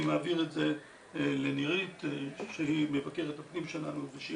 אני מעביר לנירית שהיא מבקרת הפנים שלנו ושהיא